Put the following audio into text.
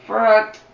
front